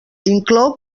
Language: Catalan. inclou